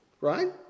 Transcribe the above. Right